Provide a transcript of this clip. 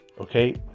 Okay